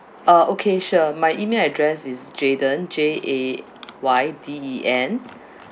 uh okay sure my email address is jayden J A Y D E N